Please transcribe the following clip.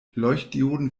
leuchtdioden